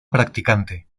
practicante